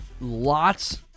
lots